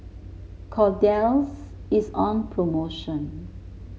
kordel's is on promotion